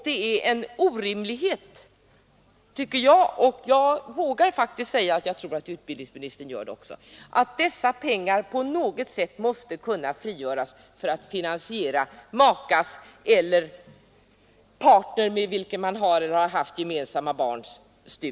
Det är en orimlighet, tycker jag — och jag vågar faktiskt säga att jag tror att utbildningsministern har samma uppfattning — att dessa pengar på något sätt måste frigöras för att finansiera studierna för maka eller för partner med vilken man har barn.